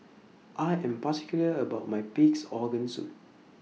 I Am particular about My Pig'S Organ Soup